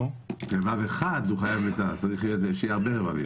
על דבר אחד הוא חייב מיתה, צריך שיהיה הרבה דברים.